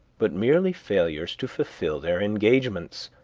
but merely failures to fulfil their engagements,